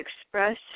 express